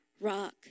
rock